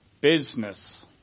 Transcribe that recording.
business